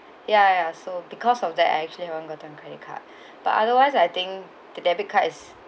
ya ya so because of that actually I won't go to credit card but otherwise I think the debit card is